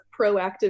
proactive